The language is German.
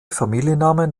familiennamen